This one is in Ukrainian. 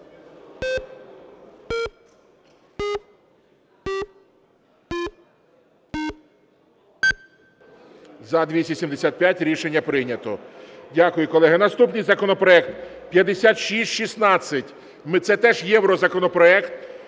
За-275 Рішення прийнято. Дякую, колеги. Наступний законопроект 5616, це теж єврозаконопроект.